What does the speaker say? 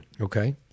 Okay